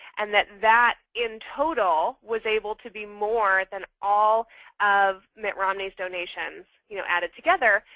and that that, in total, was able to be more than all of mitt romney's donations you know added together.